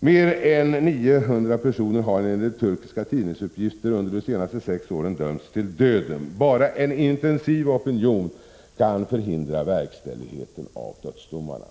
Mer än 900 personer har enligt turkiska tidningsuppgifter under de senaste sex åren dömts till döden. Bara en intensiv opinion kan förhindra verkställigheten av dödsdomarna.